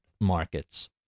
markets